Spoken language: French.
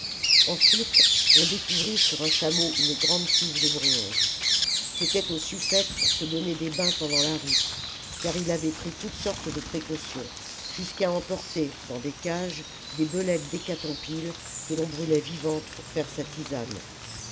ensuite on découvrit sur un chameau une grande cuve de bronze c'était au suffète pour se donner des bains pendant la route car il avait pris toutes sortes de précautions jusqu'à emporter dans des cages des belettes d'hécatompyle que l'on brûlait vivantes pour faire sa tisane